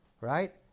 right